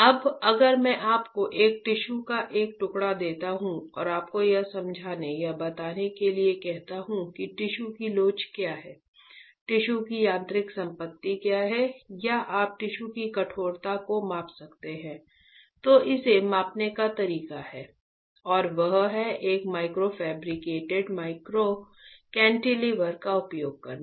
अब अगर मैं आपको एक टिश्यू का एक टुकड़ा देता हूं और आपको यह समझने या बताने के लिए कहता हूं कि टिश्यू की लोच क्या है टिश्यू की यांत्रिक संपत्ति क्या है या आप टिश्यू की कठोरता को माप सकते हैं तो इसे मापने का तरीका है और वह है एक माइक्रो फैब्रिकेटेड माइक्रो कैंटिलीवर का उपयोग करना